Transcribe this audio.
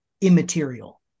immaterial